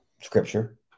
scripture